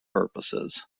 purposes